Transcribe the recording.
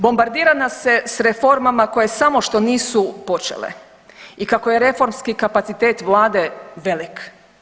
Bombardira nas se s reformama koje samo što nisu počele i kako je reformski kapacitet Vlade velik.